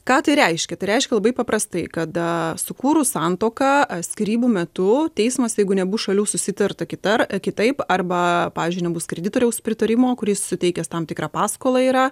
ką tai reiškia tai reiškia labai paprastai kada sukūrus santuoką skyrybų metu teismas jeigu nebus šalių susitarta kita ar kitaip arba pavyzdžiui nebus kreditoriaus pritarimo kuris suteikęs tam tikrą paskolą yra